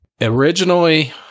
Originally